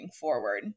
forward